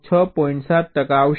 7 ટકા આવશે